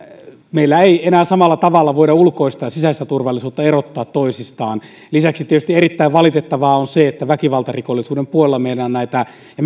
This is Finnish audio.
meillä ei enää samalla tavalla voida ulkoista ja sisäistä turvallisuutta erottaa toisistaan lisäksi tietysti erittäin valitettavaa on se että väkivaltarikollisuuden puolella ja